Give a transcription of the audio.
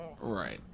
Right